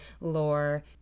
lore